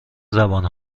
زبان